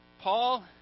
Paul